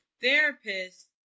therapist